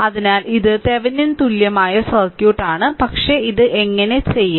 അതിനാൽ ഇത് തെവെനിൻ തുല്യമായ സർക്യൂട്ട് ആണ് പക്ഷേ ഇത് എങ്ങനെ ചെയ്യാം